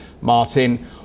Martin